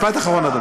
משפט אחרון.